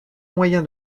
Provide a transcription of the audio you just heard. moyen